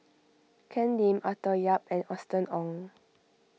Ken Lim Arthur Yap and Austen Ong